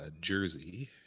jersey